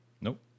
Nope